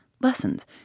Lessons